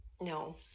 No